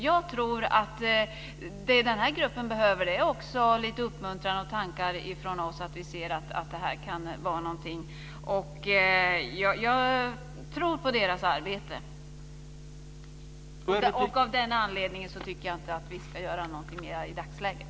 Jag tror att den här gruppen också behöver lite uppmuntran från oss, att vi ser att det här kan vara någonting. Jag tror på gruppens arbete. Av den anledningen tycker jag inte att vi ska göra någonting mera i dagsläget.